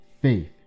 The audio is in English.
faith